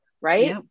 right